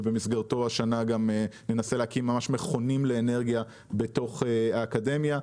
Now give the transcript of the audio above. ובמסגרתו השנה ננסה להקים מכונים לאנרגיה בתוך האקדמיה.